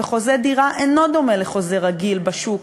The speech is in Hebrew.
וחוזה דירה אינו דומה לחוזה רגיל בשוק,